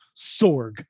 Sorg